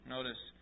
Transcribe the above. Notice